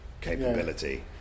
capability